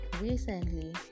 recently